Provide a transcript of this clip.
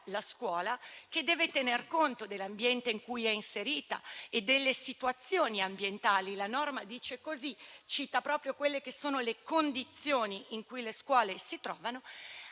la scuola, che deve tener conto dell'ambiente in cui è inserita e delle situazioni ambientali (la norma cita proprio le condizioni in cui le scuole si trovano)